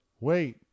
wait